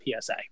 PSA